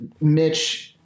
Mitch